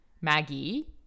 maggie